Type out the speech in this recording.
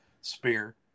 spear